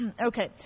Okay